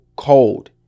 cold